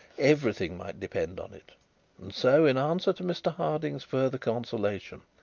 everything might depend on it and so, in answer to mr harding's further consolation,